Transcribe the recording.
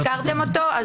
הזכרתם אותו?